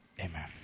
Amen